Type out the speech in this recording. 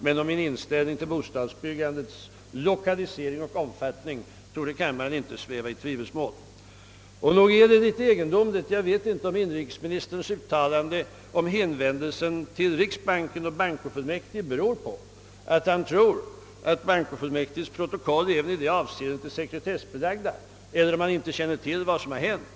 Men kammarens ledamöter torde inte sväva i tvivelsmål om min inställning till bostadsbyggandets lokalisering och omfattning. Jag vet inte, om inrikesministerns hänvisning till riksbanken och bankofullmäktige beror på att han tror att bankofullmäktiges protokoll även i det här avseendet är sekretessbelagda eller om han inte känner till vad som hänt.